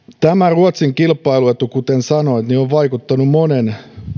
ruotsin kilpailuetu kuten sanoin on vaikuttanut monen